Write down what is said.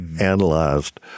analyzed